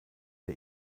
der